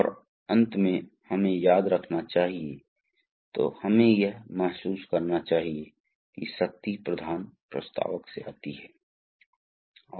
और अगर हम एक भार रखते हैं तो यह 1 किग्रा है तो यहाँ दबाव मूल रूप से 1 Kg F A1है अब वही है यह A1 है और यह A2 है